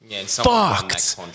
fucked